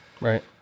Right